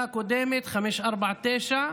בממשלה הקודמת, 549,